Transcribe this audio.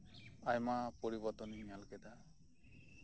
ᱟᱭᱢᱟ ᱯᱚᱨᱤᱵᱚᱨᱛᱚᱱᱤᱧ ᱧᱮᱞ ᱠᱮᱫᱟ